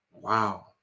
Wow